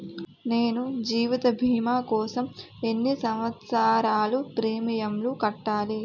నేను జీవిత భీమా కోసం ఎన్ని సంవత్సారాలు ప్రీమియంలు కట్టాలి?